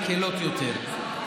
מקילים יותר,